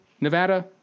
Nevada